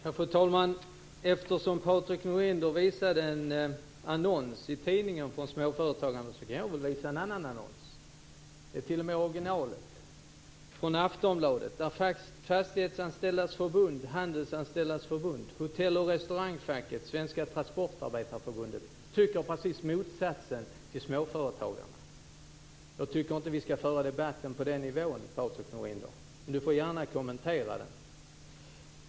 Fru talman! Eftersom Patrik Norinder visade en tidningsannons från småföretagarna kan jag visa en annan annons. Det är t.o.m. originalet från Aftonbladet. Där tycker Fastighetsanställdas förbund, Handelsanställdas förbund, hotell och restaurangfacket samt Svenska transportarbetareförbundet precis motsatsen till småföretagarna. Jag tycker inte att vi ska föra debatten på den nivån, men Patrik Norinder får gärna kommentera detta.